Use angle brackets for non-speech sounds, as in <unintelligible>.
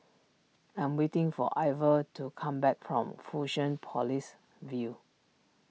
I am waiting for Iver to come back from fusion <unintelligible> View